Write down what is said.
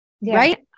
right